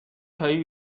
چایی